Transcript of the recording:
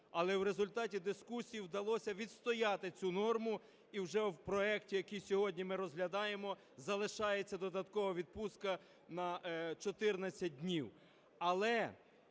Але в результаті дискусії вдалося відстояти цю норму, і вже в проекті, який сьогодні ми розглядаємо, залишається додаткова відпустка 14 днів. Але,